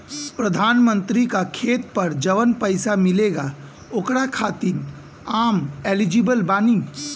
प्रधानमंत्री का खेत पर जवन पैसा मिलेगा ओकरा खातिन आम एलिजिबल बानी?